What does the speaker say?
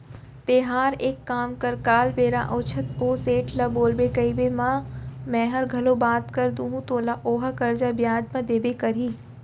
तैंहर एक काम कर काल बेरा आछत ओ सेठ ल बोलबे कइबे त मैंहर घलौ बात कर दूहूं तोला ओहा करजा बियाज म देबे करही